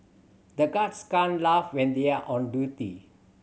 the guards can't laugh when they are on duty